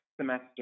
semester